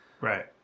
Right